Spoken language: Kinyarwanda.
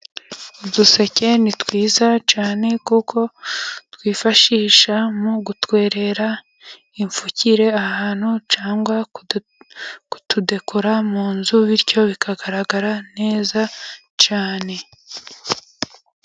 Uduseke ni twiza cyane, kuko twifashishwa mu gutwerera imfukire ahantu, cyangwa kutudekura mu nzu bityo bikagaragara neza cyane.